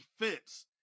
defense